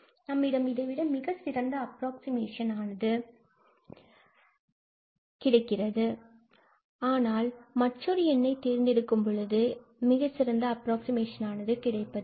நம்மிடம் இதை விட மிகச்சிறந்த அப்ராக்ஸிமேஷன் அது மற்றொரு எண்னை தேர்ந்தெடுக்கும் பொழுது கிடைப்பது இல்லை